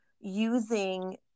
using